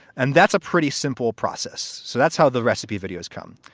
and that's a pretty simple process. so that's how the recipe videos come.